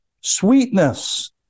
sweetness